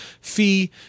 fee